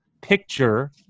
picture